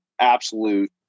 absolute